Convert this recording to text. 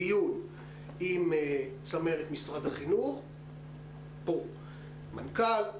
דיון עם צמרת משרד החינוך פה: מנכ"ל,